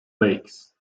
lakes